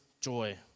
joy